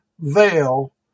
veil